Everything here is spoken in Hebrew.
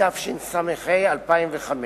התשס"ה 2005,